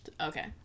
Okay